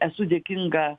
esu dėkinga